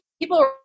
people